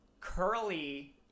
curly